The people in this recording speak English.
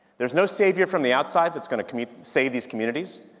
there's no savior from the outside that's going to commit save these communities.